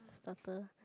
starter